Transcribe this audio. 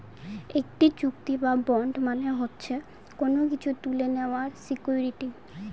একটি চুক্তি বা বন্ড মানে হচ্ছে কোনো কিছু তুলে নেওয়ার সিকুইরিটি